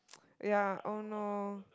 ya oh no